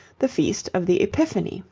the feast of the epiphany,